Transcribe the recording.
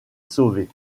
sauvés